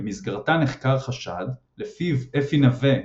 במסגרתה נחקר חשד לפיו אפי נוה,